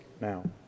now